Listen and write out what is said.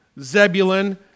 Zebulun